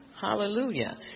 Hallelujah